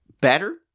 better